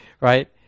right